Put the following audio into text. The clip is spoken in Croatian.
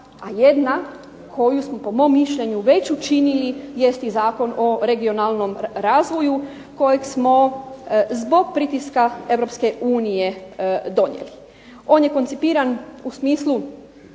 a jedna koju smo po mom mišljenju već učinili jest i Zakon o regionalnom razvoju kojeg smo zbog pritiska EU donijeli. On je koncipiran u smislu